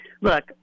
Look